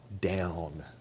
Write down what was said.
down